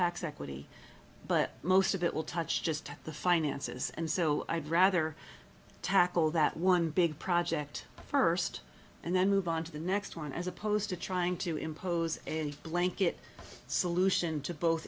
tax equity but most of it will touch just the finances and so i'd rather tackle that one big project first and then move on to the next one as opposed to trying to impose a blanket solution to both